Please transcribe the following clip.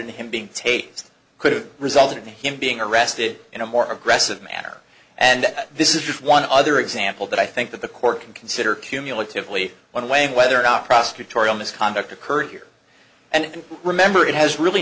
in him being taped could have resulted in him being arrested in a more aggressive manner and this is just one other example that i think that the court can consider cumulatively one way whether or not prosecutorial misconduct occurred here and remember it has really